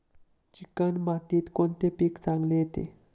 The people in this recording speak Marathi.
चिकण मातीत कोणते पीक चांगले येते?